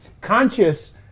conscious